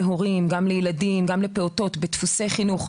גם לילדים וגם להורים,